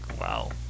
wow